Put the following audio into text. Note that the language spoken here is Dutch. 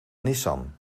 nissan